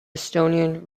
estonian